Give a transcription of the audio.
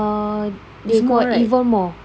uh they got even more